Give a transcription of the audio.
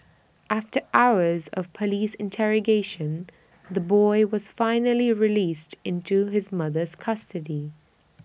after hours of Police interrogation the boy was finally released into his mother's custody